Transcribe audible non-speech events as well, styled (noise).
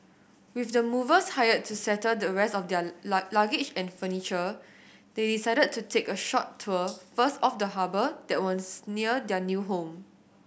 with the movers hired to settle the rest of their (unintelligible) luggage and furniture they decided to take a short tour first of the harbour that was near their new home